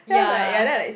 ya